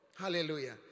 hallelujah